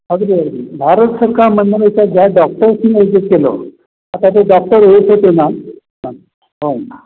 अगदी अगदी भारत सरकार म्हणण्यापेक्षा ज्या डॉक्टर्सनी ते केलं आता ते डॉक्टर येत होते ना हो ना